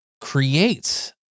creates